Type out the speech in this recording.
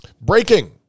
Breaking